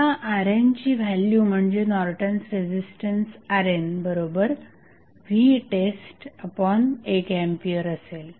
आता RN ची value म्हणजे नॉर्टन्स रेझिस्टन्स RNvtest1A असेल